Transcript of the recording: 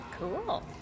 Cool